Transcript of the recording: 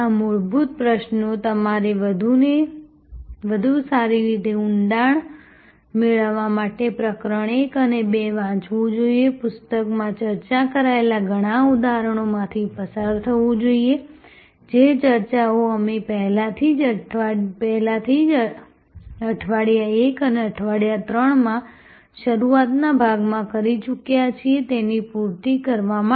આ મૂળભૂત પ્રશ્નો તમારે વધુ સારી રીતે ઊંડાણ મેળવવા માટે પ્રકરણ 1 અને પ્રકરણ 2 વાંચવું જોઈએ પુસ્તકમાં ચર્ચા કરાયેલા ઘણા ઉદાહરણોમાંથી પસાર થવું જોઈએ જે ચર્ચાઓ અમે પહેલાથી જ અઠવાડિયા 1 અને અઠવાડિયા 3 માં શરૂઆતના ભાગમાં કરી ચૂક્યા છીએ તેની પૂર્તિ કરવા માટે